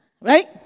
Right